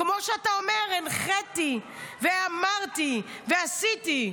כמו שאתה אומר, הנחיתי ואמרתי ועשיתי.